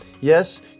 Yes